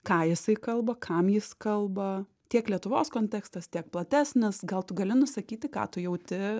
ką jisai kalba kam jis kalba tiek lietuvos kontekstas tiek platesnis gal tu gali nusakyti ką tu jauti